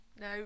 No